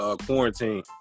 Quarantine